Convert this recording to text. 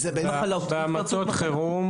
בהמתות חירום,